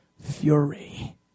fury